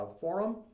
forum